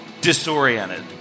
Disoriented